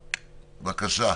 בבקשה.